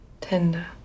tender